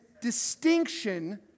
distinction